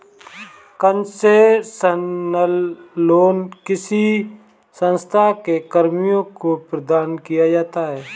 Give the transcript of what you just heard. concessional loan किसी संस्था के कर्मियों को प्रदान किया जाता है